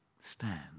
stand